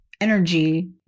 energy